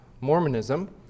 Mormonism